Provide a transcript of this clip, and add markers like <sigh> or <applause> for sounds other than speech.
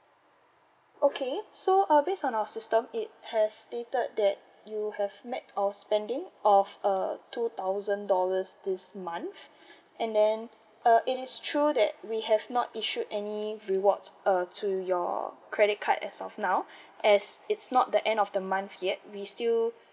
okay so uh base on our system it has stated that you have met our spending of uh two thousand dollars this month <breath> and then uh it is true that we have not issued any rewards uh to your credit card as of now <breath> as it's not the end of the month yet we still